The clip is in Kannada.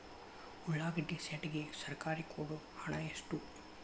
ಉಳ್ಳಾಗಡ್ಡಿ ಶೆಡ್ ಗೆ ಸರ್ಕಾರ ಕೊಡು ಹಣ ಎಷ್ಟು?